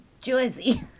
jersey